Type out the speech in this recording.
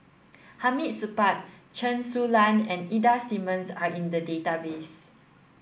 Hamid Supaat Chen Su Lan and Ida Simmons are in the database